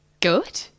Good